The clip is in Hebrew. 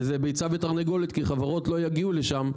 וזה ביצה ותרנגולת כי חברות לא יגיעו לשם,